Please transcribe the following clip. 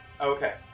Okay